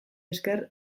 esker